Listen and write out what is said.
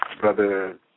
Brother